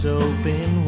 open